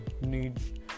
need